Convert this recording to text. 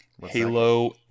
Halo